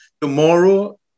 Tomorrow